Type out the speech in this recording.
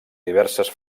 diverses